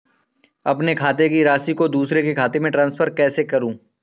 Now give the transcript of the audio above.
अपने खाते की राशि को दूसरे के खाते में ट्रांसफर कैसे करूँ?